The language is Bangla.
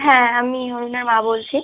হ্যাঁ আমি অরুণের মা বলছি